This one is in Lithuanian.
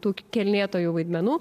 tų kelnėtojų vaidmenų